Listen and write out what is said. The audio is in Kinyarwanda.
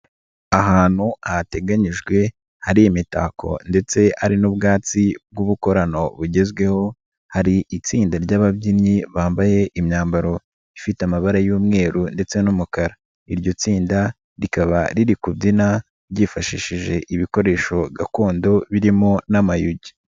Ahantu hateganyijwe, hari imitako ndetse ari n'ubwatsi bw'ubukorano bugezweho, hari itsinda ry'ababyinnyi bambaye imyambaro ifite amabara y'umweru ndetse n'umukara. Iryo tsinda rikaba riri kubyina ryifashishije ibikoresho gakondo, birimo n'amayogi.